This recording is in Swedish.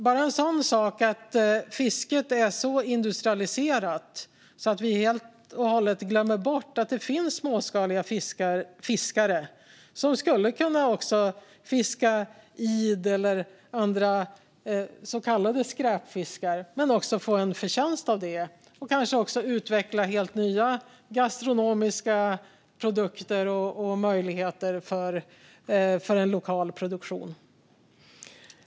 Bara en sådan sak: Fisket är så industrialiserat att vi helt och hållet glömmer bort att det finns småskaliga fiskare som skulle kunna fiska id eller andra så kallade skräpfiskar, få en förtjänst av det och kanske utveckla helt nya gastronomiska produkter och möjligheter för en lokal produktion.